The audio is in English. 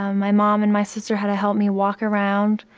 um my mom and my sister had to help me walk around.